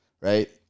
right